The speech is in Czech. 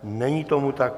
Není tomu tak.